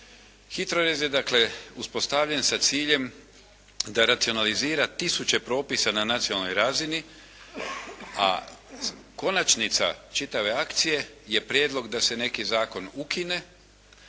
dakle, uspostavljen sa ciljem da racionalizira tisuće propisa na nacionalnoj razini a konačnica čitave akcije je prijedlog da se neki zakon ukine,